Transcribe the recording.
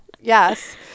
Yes